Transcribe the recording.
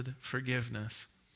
forgiveness